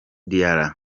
diarra